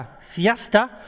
siesta